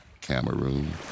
Cameroon